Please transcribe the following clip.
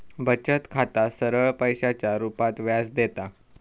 बचत खाता सरळ पैशाच्या रुपात व्याज देता